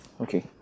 Okay